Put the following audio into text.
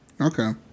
okay